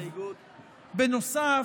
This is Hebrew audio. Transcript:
בנוסף,